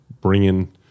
bringing